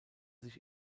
sich